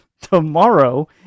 tomorrow